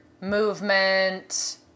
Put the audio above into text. movement